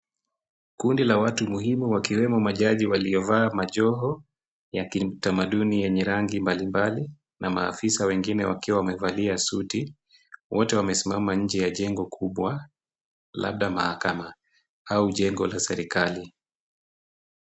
Kundi la watu muhimu wakiwemo majaji waliovaa majoho ya kitamaduni yenye rangi mbalimbali ,na maafisa wengine wakiwa wamevalia suti ,wote wamesimama nje ya jengo kubwa labda mahakama au jengo la serikali.